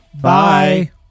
Bye